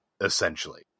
Essentially